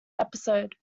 episode